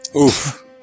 oof